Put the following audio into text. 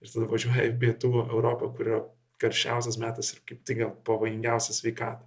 ir tada važiuoji į pietų europą kurio karščiausias metas ir kaip tik pavojingiausia sveikatai